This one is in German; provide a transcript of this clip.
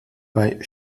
bei